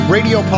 Radio